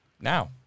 now